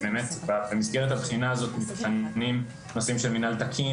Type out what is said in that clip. במסגרת הבחינה הזאת נבחנים נושאים של מינהל תקין